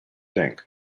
think